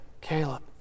Caleb